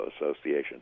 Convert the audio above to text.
association